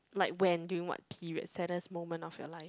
like when during what period saddest moment of your life